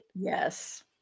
Yes